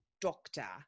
doctor